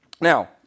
Now